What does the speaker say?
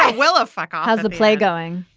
ah well fuck. ah how's the play going.